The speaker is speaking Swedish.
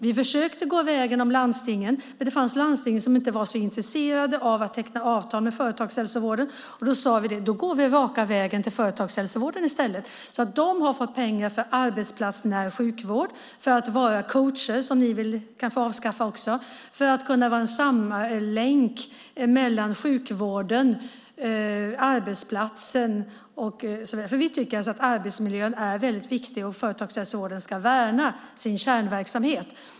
Vi försökte gå vägen om landstingen, men det fanns landsting som inte var så intresserade av att teckna avtal med företagshälsovården. Då sade vi: Då går vi raka vägen till företagshälsovården i stället. De har fått pengar för arbetsplatsnära sjukvård, för att vara coacher, som ni kanske också vill avskaffa, för att kunna vara en länk mellan sjukvården och arbetsplatsen och så vidare. Vi tycker nämligen att arbetsmiljön är väldigt viktig, och företagshälsovården ska värna sin kärnverksamhet.